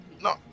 No